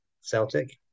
Celtic